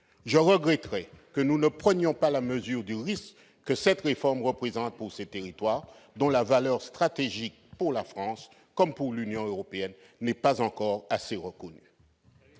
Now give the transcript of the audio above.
Je regretterais que nous ne prenions pas la mesure du risque qu'une telle réforme représente pour ces territoires, dont la valeur stratégique pour la France comme pour l'Union européenne n'est pas encore suffisamment reconnue